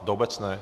Do obecné?